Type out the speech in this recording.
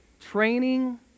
Training